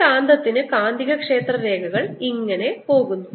ഈ കാന്തത്തിന് കാന്തികക്ഷേത്ര രേഖകൾ ഇങ്ങനെ പോകുന്നു